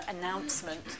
announcement